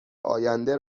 آینده